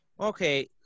Okay